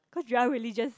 cause Joel really just